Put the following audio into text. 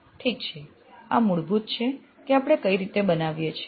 ઠીક છે આ મૂળભૂત છે કે આપણે કઈ રીત બનાવીએ છીએ